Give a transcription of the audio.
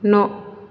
न'